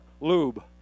lube